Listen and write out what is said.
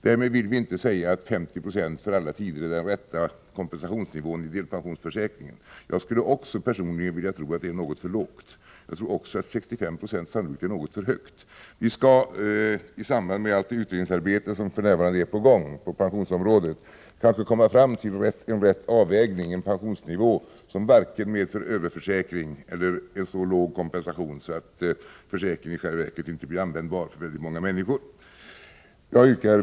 Därmed vill vi inte säga att 50 20 är den rätta kompensationsnivån för alla tider i delpensionsförsäkringen. Personligen tror jag att det är litet för lågt, men jag tror också att 65 20 sannolikt är för högt. I samband med det utredningsarbete som är på gång på pensionsområdet kan vi kanske komma fram till en riktig avvägning, dvs. en pensionsnivå som varken medför överförsäkring eller en så låg kompensationsnivå att försäkringen i själva verket inte blir användbar för många människor.